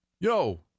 Yo